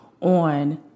on